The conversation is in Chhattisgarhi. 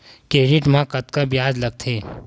क्रेडिट मा कतका ब्याज लगथे?